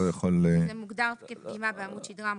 זה מוגדר כפגימה בעמוד שדרה מותני,